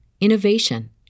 innovation